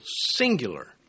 singular